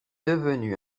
devenu